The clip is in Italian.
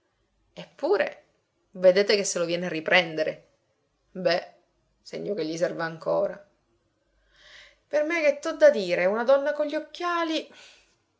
eppure vedete che se lo viene a riprendere be segno che gli serve ancora per me che t'ho da dire una donna con gli occhiali